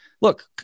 look